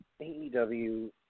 AEW